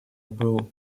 был